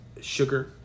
Sugar